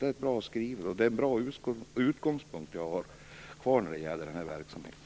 Det är bra skrivet, och det är en bra utgångspunkt när det gäller den här verksamheten.